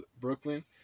Brooklyn